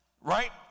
right